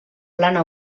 plana